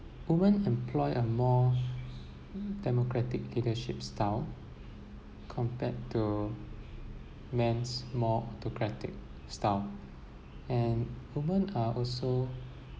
women employ a more democratic leadership style compared to men's more autocratic style and women are also